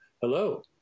Hello